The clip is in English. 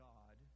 God